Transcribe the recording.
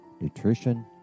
nutrition